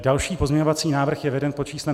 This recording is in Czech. Další pozměňovací návrh je veden pod číslem 3467.